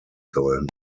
sollen